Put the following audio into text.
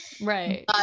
right